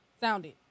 Sounded